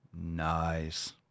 Nice